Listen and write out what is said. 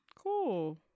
Cool